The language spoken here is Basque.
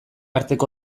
arteko